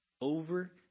over